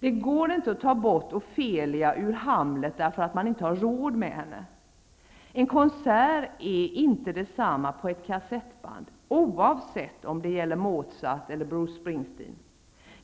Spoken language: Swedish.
Det går inte att ta bort Ofelia ur Hamlet därför att man inte har råd med henne. En konsert är inte detsamma på ett kasettband oavsett om det gäller Mozart eller Bruce Springsteen.